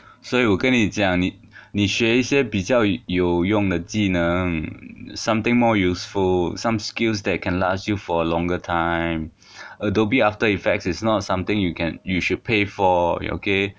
所以我跟你讲你你学一些比较有用的技能 something more useful some skills that can last you for a longer time adobe after effects is not something you can you should pay for okay